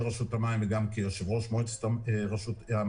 רשות המים וגם כיושב-ראש מועצת המים.